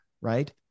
right